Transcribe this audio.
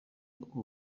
ubu